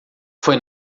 foi